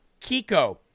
Kiko